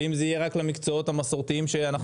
ואם זה יהיה רק למקצועות המסורתיים שאנחנו